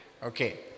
Okay